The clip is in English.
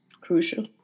crucial